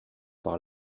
par